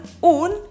un